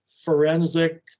forensic